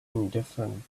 indifferent